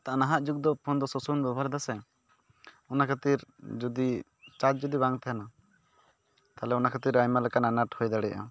ᱱᱮᱛᱟᱨ ᱱᱟᱦᱟᱜ ᱡᱩᱜᱽ ᱫᱚ ᱯᱷᱳᱱ ᱫᱚ ᱥᱳᱵᱥᱚᱢᱚᱭ ᱵᱚᱱ ᱵᱮᱵᱚᱦᱟᱨ ᱮᱫᱟᱥᱮ ᱚᱱᱟᱠᱷᱟᱹᱛᱤᱨ ᱡᱩᱫᱤ ᱪᱟᱡᱽ ᱡᱩᱫᱤ ᱵᱟᱝ ᱛᱟᱦᱮᱱᱟ ᱛᱟᱦᱚᱞᱮ ᱚᱱᱟ ᱠᱷᱟᱹᱛᱤᱨ ᱟᱭᱢᱟ ᱞᱮᱠᱟᱱ ᱟᱱᱟᱴ ᱦᱩᱭ ᱫᱟᱲᱮᱭᱟᱜᱼᱟ